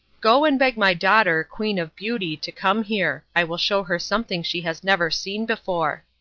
go and beg my daughter, queen of beauty, to come here. i will show her something she has never seen before.